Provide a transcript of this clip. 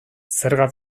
zerga